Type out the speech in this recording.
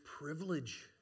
privilege